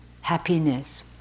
happiness